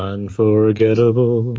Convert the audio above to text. Unforgettable